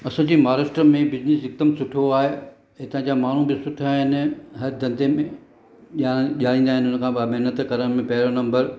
असां जे महाराष्ट्र में बिज़निस हिकु दम सुठो आहे हितां जा माण्हू बि सुठा आहिनि हर धंधे में ॼाण ॼाणींदा आहिनि हुन खां पोइ महिनत करण में पहिरियों नंबरु